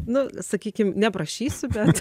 nu sakykim neprašysiu bet